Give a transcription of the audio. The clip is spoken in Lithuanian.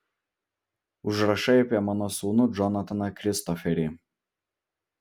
užrašai apie mano sūnų džonataną kristoferį